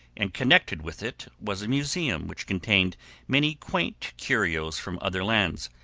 and connected with it was a museum which contained many quaint curios from other lands,